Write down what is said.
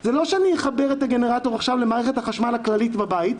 זה לא שאני אחבר את הגנרטור עכשיו למערכת החשמל הכללית בבית.